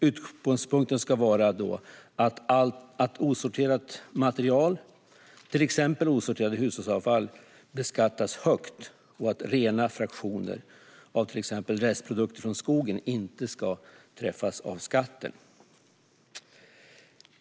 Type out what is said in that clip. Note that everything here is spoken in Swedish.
Utgångspunkten ska vara att osorterat material, till exempel osorterat hushållsavfall, beskattas högt, och att rena fraktioner av till exempel restprodukter från skogen inte ska träffas av skatten.